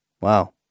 Wow